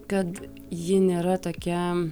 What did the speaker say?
kad ji nėra tokia